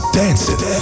dancing